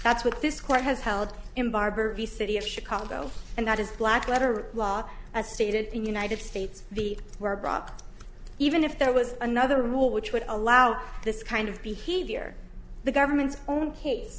that's what this court has held in barber v city of chicago and that is black letter law as stated in united states the were brought up even if there was another rule which would allow this kind of behavior the government's own